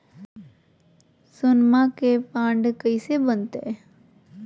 सोनमा के बॉन्ड कैसे बनते?